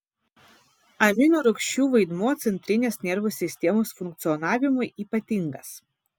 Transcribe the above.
aminorūgščių vaidmuo centrinės nervų sistemos funkcionavimui ypatingas